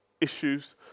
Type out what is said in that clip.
issues